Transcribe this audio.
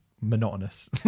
monotonous